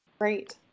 great